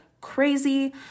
crazy